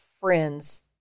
friends